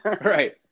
right